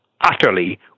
utterly